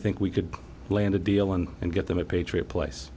think we could land a deal on and get them a patriot place